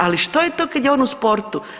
Ali što je to kada je on u sportu?